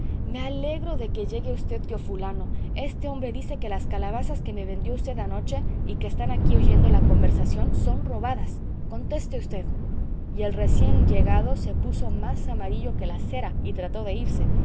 me alegro de que llegue v tío fulano este hombre dice que las calabazas que me vendió usted anoche y que están aquí oyendo la conversación son robadas conteste v el recién llegado se puso más amarillo que la cera y trató de irse